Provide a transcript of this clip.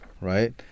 right